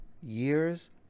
years